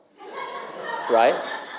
Right